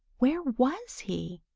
where was he?